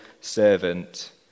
servant